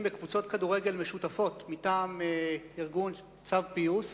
בקבוצות כדורגל משותפות מטעם ארגון "צו פיוס".